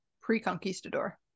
pre-Conquistador